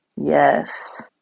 Yes